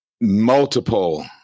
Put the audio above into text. multiple